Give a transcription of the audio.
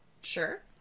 Sure